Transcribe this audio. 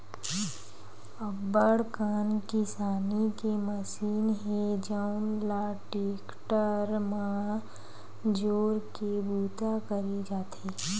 अब्बड़ कन किसानी के मसीन हे जउन ल टेक्टर म जोरके बूता करे जाथे